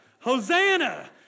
Hosanna